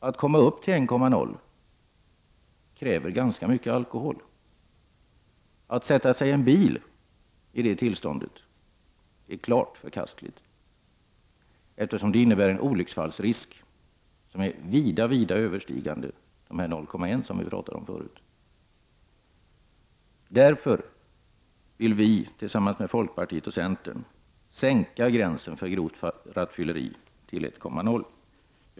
Det krävs ganska mycket alkohol för att man skall komma upp i en promillehalt på 1,0. Att sätta sig i en bil i det tillståndet är klart förkastligt, eftersom det innebär en olycksfallsrisk som vida överstiger risken vid 0,1, som vi tidigare talade om. Därför vill vi i miljöpartiet, tillsammans med folkpartiet och centern, sänka promillegränsen för grovt rattfylleri till 1,0. Herr talman!